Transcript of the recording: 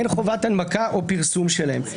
אין חובת הנמקה או פרסום שלהן.